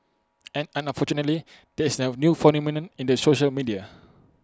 and unfortunately there is A new phenomenon in the social media